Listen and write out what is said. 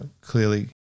clearly